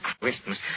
Christmas